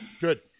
Good